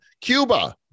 Cuba